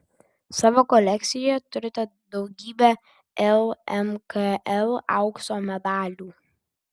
savo kolekcijoje turite daugybę lmkl aukso medalių